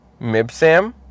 Mibsam